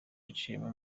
yaciyemo